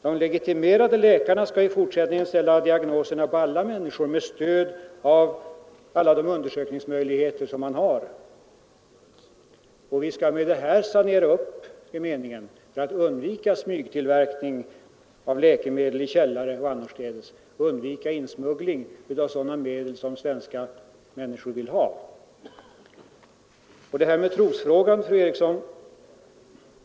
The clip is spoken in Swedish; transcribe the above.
De legitimerade läkarna skall i fortsättningen ställa diagnoserna på alla människor med stöd av alla de undersökningsmöjligheter som finns. Det är meningen att vi på det sättet skall sanera branschen för att undvika smygtillverkning av läkemedel i källare och annorstädes och undvika insmuggling av sådana läkemedel som svenska människor vill ha. Fru Eriksson berörde trosfrågan.